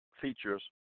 features